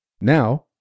Now